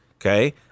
Okay